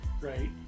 right